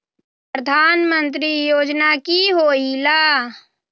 प्रधान मंत्री योजना कि होईला?